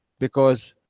because,